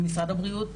משרד הבריאות,